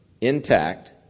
intact